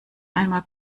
einmal